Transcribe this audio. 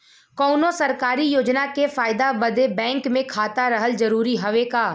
कौनो सरकारी योजना के फायदा बदे बैंक मे खाता रहल जरूरी हवे का?